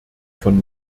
von